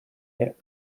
yet